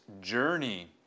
journey